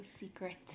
secret